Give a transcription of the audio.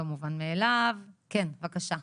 זה לא מובן מאליו, בבקשה .